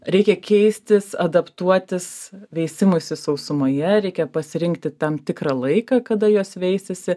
reikia keistis adaptuotis veisimuisi sausumoje reikia pasirinkti tam tikrą laiką kada jos veisiasi